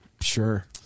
Sure